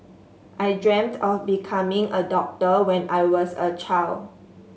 I dreamt of becoming a doctor when I was a child